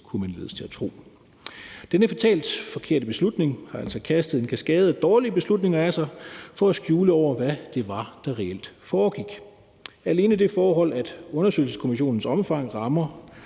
kunne man ledes til at tro. Denne fatalt forkerte betydning har altså kastet en kaskade af dårlige beslutninger af sig for at skjule over, hvad det var, der reelt foregik. Alene det forhold, at undersøgelseskommissionens omfang, rammer